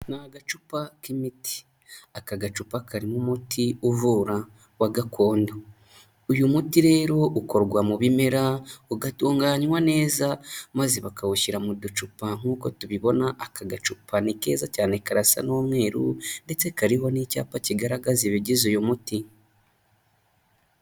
Ni agacupa k'imiti, aka gacupa karimo umuti uvura wa gakondo, uyu muti rero ukorwa mu bimera ugatunganywa neza maze bakawushyira mu ducupa nk'uko tubibona aka gacupa ni keza cyane karasa n'umweruru ndetse kariho n'icyapa kigaragaza ibigize uyu muti.